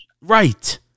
Right